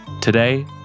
Today